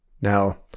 Now